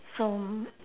so